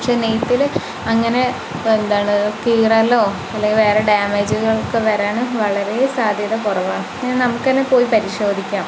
പക്ഷേ നെയ്ത്തിൽ അങ്ങനെ എന്താണ് കീറലോ അല്ലെങ്കിൽ വേറെ ഡാമേജുകളൊക്കെ വരാൻ വളരെ സാദ്ധ്യത കുറവാണ് പിന്നെ നമുക്കു തന്നെ പോയി പരിശോധിക്കാം